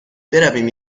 برویم